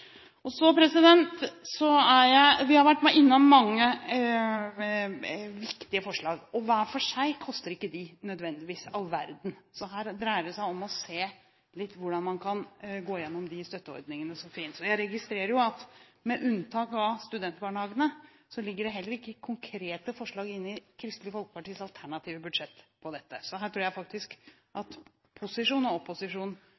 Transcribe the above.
Vi har vært innom mange viktige forslag, og hver for seg koster ikke de nødvendigvis all verden. Her dreier det seg om å se litt hvordan man kan gå igjennom de støtteordningene som finnes. Jeg registrerer at med unntak av studentbarnehagene, ligger det heller ikke konkrete forslag inne i Kristelig Folkepartis alternative budsjett til dette. Her tror jeg faktisk